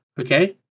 okay